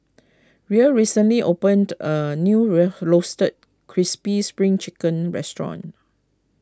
Rae recently opened a new Roasted Crispy Spring Chicken restaurant